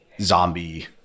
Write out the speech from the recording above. zombie